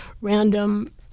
random